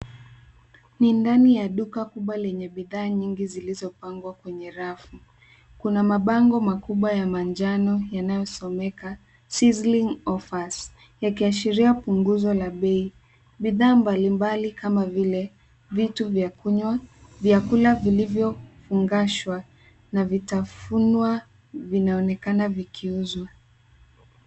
Ni ndani ya duka kubwa lenye bidhaa nyingi zilizopangwa kwenye rafu. Kuna mabango makubwa ya manjano yanayosomeka sizzling offers , yakiashiria punguzo la bei. Bidhaa mbalimbali kama vile vitu vya kunywa, vyakula vilivyo fungashwa na vitafunwa vinaonekana vikiuzwa.